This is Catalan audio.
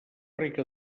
rica